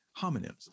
homonyms